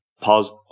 pause